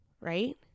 right